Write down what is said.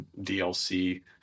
DLC